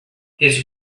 his